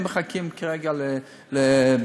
הם מחכים כרגע לבג"ץ.